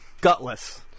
Gutless